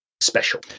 special